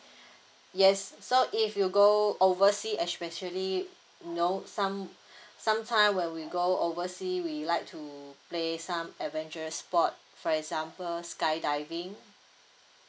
yes so if you go oversea especially you know some some time when we go oversea we like to play some adventurous sport for example skydiving